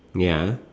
ya